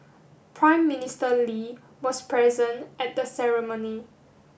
Prime Minister Lee was present at the ceremony